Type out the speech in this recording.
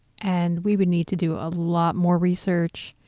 and we would need to do a lot more research,